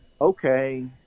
okay